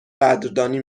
قدردانی